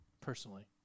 personally